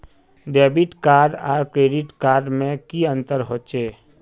Debit card आर credit card में की अंतर होचे?